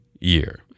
year